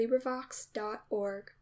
LibriVox.org